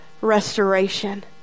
restoration